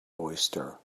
oyster